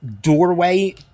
doorway